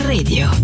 Radio